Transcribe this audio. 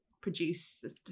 produce